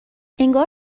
انگار